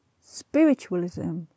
Spiritualism